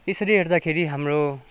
त्यसरी हेर्दाखेरि हाम्रो